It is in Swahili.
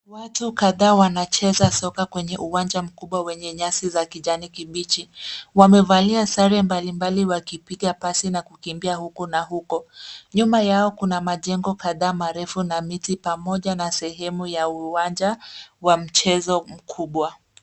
Watu kadhaa wanacheza soka kwenye uwanja mkubwa wenye nyasi za kijani kibichi. Wamevalia sare mbali mbali wakipiga pasi na kukimbia huku na huko. Nyuma yao kuna majengo kadhaa marefu na miti pamoja na sehemu ya uwanja wa mchezo mkubwa.